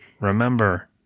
remember